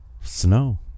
snow